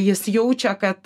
jis jaučia kad